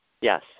Yes